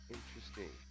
Interesting